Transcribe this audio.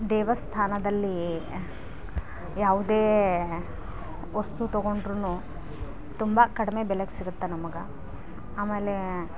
ದೇವಸ್ಥಾನದಲ್ಲಿ ಯಾವುದೇ ವಸ್ತು ತೊಗೊಂಡರೂ ತುಂಬ ಕಡಿಮೆ ಬೆಲೆಗೆ ಸಿಗುತ್ತೆ ನಮಗೆ ಆಮೇಲೆ